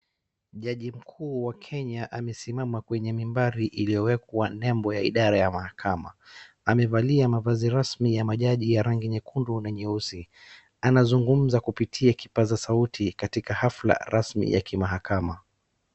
Jaji mkuu wa Kenya amesimama kwenye mimbari iliyowekwa nembo ya idara ya mahakama. Amevalia mavazi rasmi ya majaji ya rangi nyekundu na nyeusi. Anazungumza kupitia kipaza sauti katika hafla rasmi ya kimahakama.